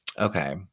Okay